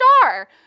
star